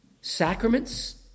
Sacraments